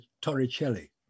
torricelli